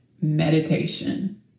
meditation